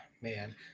Man